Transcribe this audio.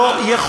היום אתה יכול.